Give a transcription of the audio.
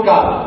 God